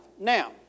Now